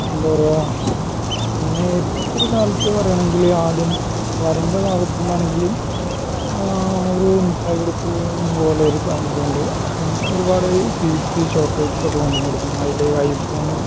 എന്താണ് പറയുക പിന്നെ ഇപ്പോഴത്തൊരു കാലത്ത് പറയുകയാണെങ്കിൽ ആദ്യം വരൻ്റെ ഭാഗത്ത് നിന്നാണെങ്കിൽ ഒരു മുട്ടായി കൊടുക്കൽ എന്ന് പോലെ ഒരു സംഭവമുണ്ട് അപ്പം ഒരുപാട് സ്വീറ്റ്സ്സ് ചോക്കളേറ്റ്സ് ഒക്കെ കൊണ്ട് വന്ന് കൊടുക്കും ഐല് ഐഫോണ്